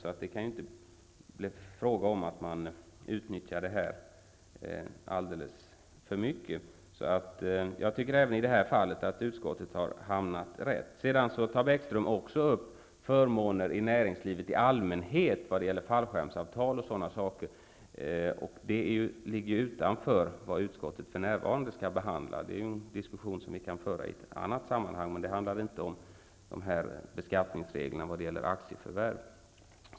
Därför kan det inte bli fråga om att man utnyttjar det här alldeles för mycket. Även i det här fallet tycker jag alltså att utskottet så att säga har hamnat rätt. Lars Bäckström tar också upp förmåner i näringslivet i allmänhet vad gäller fallskärmsavtal och sådana saker. Det ligger utanför det som utskottet för närvarande skall behandla. Det är en diskussion som vi kan föra i ett annat samanhang. Det handlar inte om beskattningsreglerna för aktieförvärv.